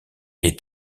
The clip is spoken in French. est